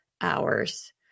hours